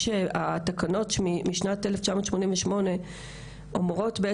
התקנות שם הם משנת 1988 והן אומרות,